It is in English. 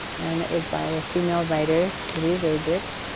and it was by a female writer, louise erdrich.